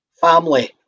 family